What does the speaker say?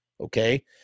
Okay